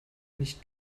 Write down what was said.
nicht